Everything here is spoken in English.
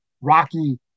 rocky